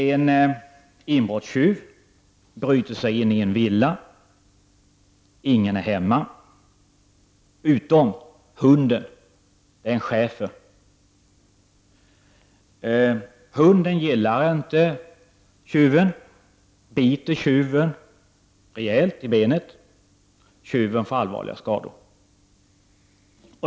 En inbrottstjuv bryter sig in i en villa. Ingen är hemma utom hunden. Det är en schäfer. Hunden gillar inte tjuven och biter tjuven rejält i benet. Tjuven får allvarliga skador.